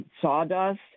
sawdust